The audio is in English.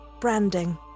branding